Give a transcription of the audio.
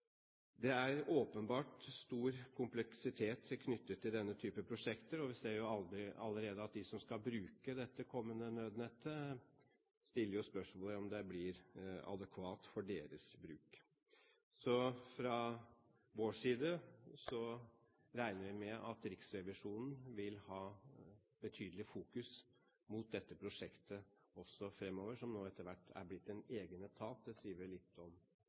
Det er åpenbart stor kompleksitet knyttet til denne type prosjekter, og vi ser jo allerede at de som skal bruke dette kommende nødnettet, stiller spørsmål ved om det blir adekvat for deres bruk. Så fra vår side regner vi med at Riksrevisjonen vil ha betydelig fokus mot dette prosjektet også fremover, som etter hvert har blitt en egen